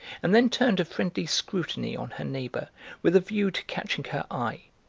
and then turned a friendly scrutiny on her neighbour with a view to catching her eye.